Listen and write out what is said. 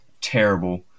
terrible